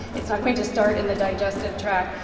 it's not going to start in the digestive tract.